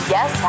Yes